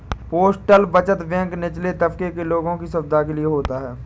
postal बचत bank निचले तबके के लोगों की सुविधा के लिए होता है